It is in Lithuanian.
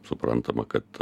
suprantama kad